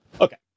Okay